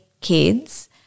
kids